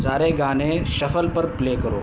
سارے گانے شفل پر پلے کرو